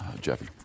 Jeffy